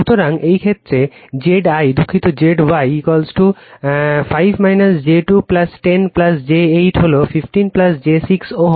সুতরাং এই ক্ষেত্রে Zi দুঃখিত zy 5 j 2 10 j 8 হল 15 j 6 Ω